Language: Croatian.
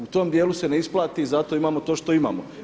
U tom djelu se ne isplati i zato imamo to što imamo.